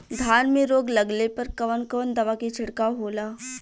धान में रोग लगले पर कवन कवन दवा के छिड़काव होला?